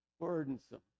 Burdensome